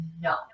no